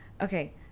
Okay